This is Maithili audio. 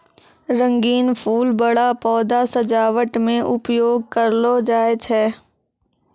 रंगीन फूल बड़ा पौधा सजावट मे उपयोग करलो जाय छै